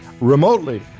remotely